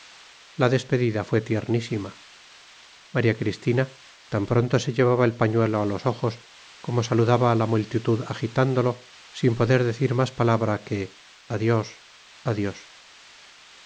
la despedida fue tiernísima maría cristina tan pronto se llevaba el pañuelo a los ojos como saludaba a la multitud agitándolo sin poder decir más palabra que adiós adiós